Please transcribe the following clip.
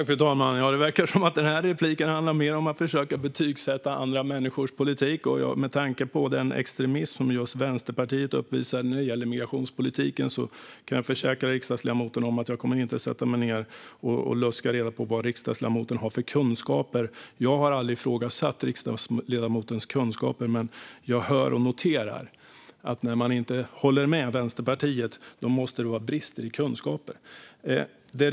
Fru talman! Det verkar som att det här replikskiftet handlar mest om att försöka betygssätta andra människors politik. Med tanke på den extremism som just Vänsterpartiet uppvisar när det gäller migrationspolitiken kan jag försäkra riksdagsledamoten om att jag inte kommer att sätta mig ned och luska reda på vad riksdagsledamoten har för kunskaper. Jag har aldrig ifrågasatt riksdagsledamotens kunskaper, men jag hör och noterar att när man inte håller med Vänsterpartiet måste det tydligen bero på bristande kunskaper.